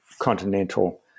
continental